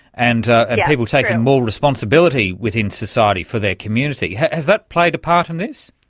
and people taking more responsibility within society for their community. has that played a part in this?